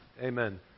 Amen